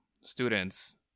students